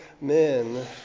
Men